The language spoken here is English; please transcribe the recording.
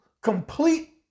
complete